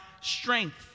strength